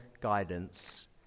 guidance